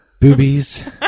Boobies